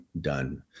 done